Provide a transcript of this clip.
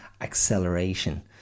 acceleration